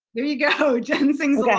there you go. jen sings yeah